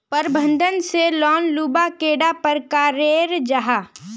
प्रबंधन से लोन लुबार कैडा प्रकारेर जाहा?